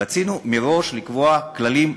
רצינו מראש לקבוע כללים ברורים,